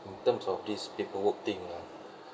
in terms of this paperwork thing lah